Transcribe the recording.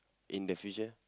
in the future